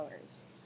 hours